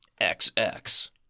XX